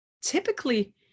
typically